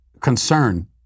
concern